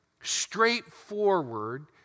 straightforward